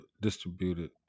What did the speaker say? distributed